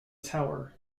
tower